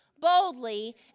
boldly